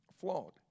flawed